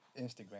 instagram